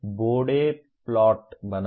बोडे plot बनाना